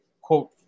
quote